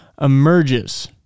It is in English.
emerges